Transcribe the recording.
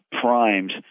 primed